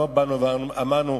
לא באנו ואמרנו,